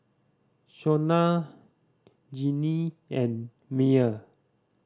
Shawna Jeanne and Myer